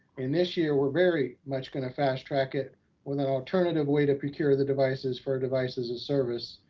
and this year we're very much gonna fast track it with an alternative way to procure the devices for a device as a service.